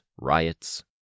riots